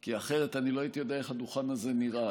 כי אחרת אני לא הייתי יודע איך הדוכן הזה נראה.